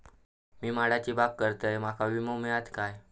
मी माडाची बाग करतंय माका विमो मिळात काय?